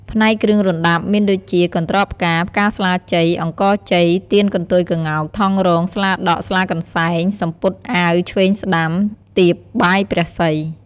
ផ្នែកគ្រឿងរណ្តាប់ មានដូចជា កន្ត្រកផ្កា ផ្កាស្លាជ័យ អង្ករជ័យ ទៀនកន្ទុយក្ងោក ថង់រង ស្លាដក់ ស្លាកន្សែង សំពត់អាវឆ្វេងស្តាំ តៀបបាយព្រះស្រី។